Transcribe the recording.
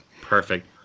Perfect